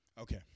Okay